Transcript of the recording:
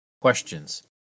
Questions